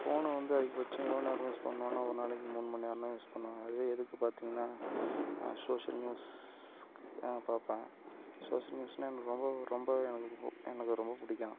ஃபோன வந்து அதிகபட்சம் எவ்வளோ நேரம் யூஸ் பண்ணுவேன்னா ஒரு நாளைக்கு மூணு மணி நேரம்தான் யூஸ் பண்ணுவேன் அதுவே எதுக்கு பாத்தீங்கன்னா சோசியல் நியூஸ் பார்ப்பேன் சோசியல் நியூஸ்னா எனக்கு ரொம்ப ரொம்பவே எனக்கு ரொம்ப பிடிக்கும்